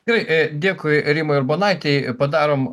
gerai dėkui rimai urbonaitei padarom